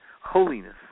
holiness